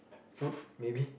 food maybe